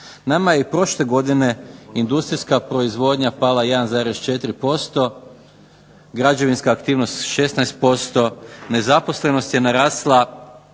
Nama je i prošle godine industrijska proizvodnja pala 1,4%, građevinska aktivnost 16%, nezaposlenost je narasla